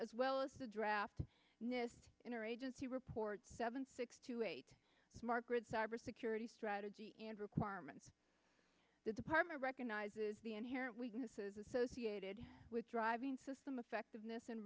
as well as the draft interagency report seven six two eight smart grid cyber security strategy and requirements the department recognizes the inherent weaknesses associated with driving system effectiveness and